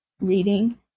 reading